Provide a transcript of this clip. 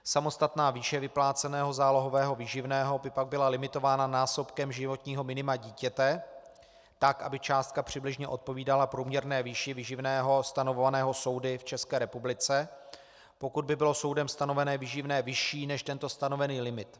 Samostatná výše vypláceného zálohového výživného by pak byla limitována násobkem životního minima dítěte tak, aby částka přibližně odpovídala průměrné výši výživného stanovovaného soudy v České republice, pokud by bylo soudem stanovené výživné vyšší než tento stanovený limit.